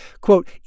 quote